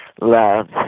Love